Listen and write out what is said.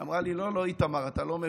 היא אמרה לי: לא, לא, איתמר, אתה לא מבין,